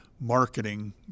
marketing